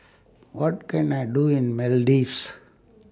What Can I Do in Maldives